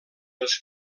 els